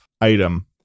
item